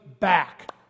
back